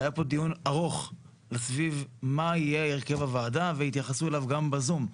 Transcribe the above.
היה פה דיון ארוך סביב מה יהיה הרכב הוועדה והתייחסו אליו גם בזום.